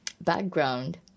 background